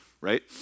right